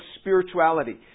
spirituality